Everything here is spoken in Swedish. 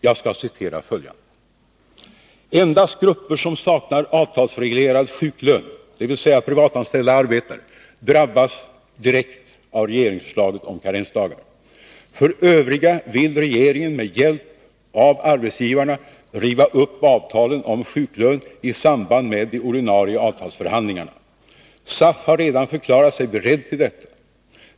Jag citerar följande: ”Endast grupper som saknar avtalsreglerad sjuklön, dvs. privatanställda arbetare, drabbas direkt av regeringsförslaget om karensdagar. För övriga vill regeringen med hjälp av arbetsgivarna riva upp avtalen om sjuklön i samband med de ordinarie avtalsförhandlingarna. SAF har redan förklarat sig beredd till detta.